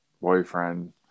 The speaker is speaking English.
boyfriend